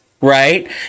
Right